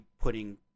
putting